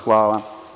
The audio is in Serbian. Hvala.